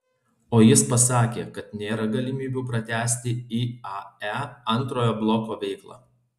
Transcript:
o jis pasakė kad nėra galimybių pratęsti iae antrojo bloko veiklą